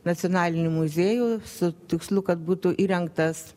nacionalinį muziejų su tikslu kad būtų įrengtas